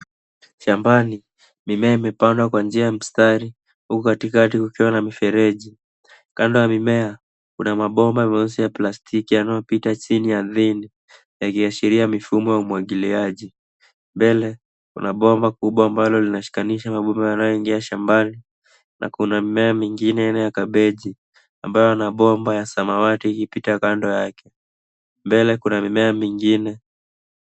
Shambani mimea imepandwa kwa njia ya mstari huku katikati kukiwa na mifereji. Kando ya mimea kuna mabomba meusi ya plastiki yanayopita chini ardhini, yakiashiria mifumo ya umwagiliaji. Mbele kuna bomba kubwa ambalo linashikanisha mabomba yanayoingia shambani na kuna mimea mingine aina ya kabeji, ambayo yana bomba ya samawata ikipita kando yake. Mbele kuna mimea mingine.